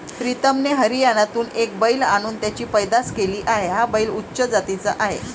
प्रीतमने हरियाणातून एक बैल आणून त्याची पैदास केली आहे, हा बैल उच्च जातीचा आहे